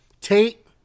Tate